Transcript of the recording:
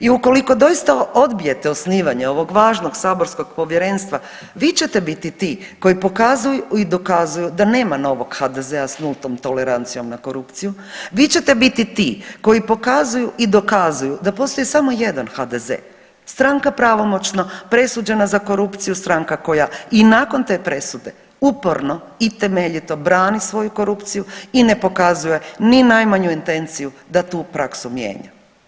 I ukoliko doista odbijete osnivanje ovog važnog saborskog povjerenstva, vi ćete biti ti koji pokazuju i dokazuju da nema novog HDZ-a s nultom tolerancijom na korupciju, vi ćete biti ti koji pokazuju i dokazuju da postoji samo jedan HDZ, stranka pravomoćno presuđena za korupciju, stranka koja i nakon te presude uporno i temeljito brani svoju korupciju i ne pokazuje ni najmanju intenciju da tu prasku mijenja.